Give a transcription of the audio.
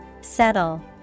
Settle